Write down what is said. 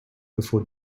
before